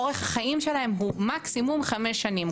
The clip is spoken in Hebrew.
אורך החיים שלהן הוא מקסימום חמש שנים,